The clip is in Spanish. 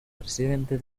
presidente